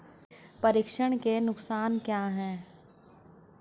प्रेषण के नुकसान क्या हैं?